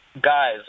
Guys